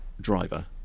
driver